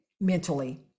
mentally